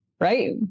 right